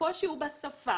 הקושי הוא בשפה,